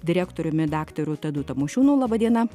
direktoriumi daktaru tadu tamošiūnu laba diena